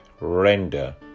render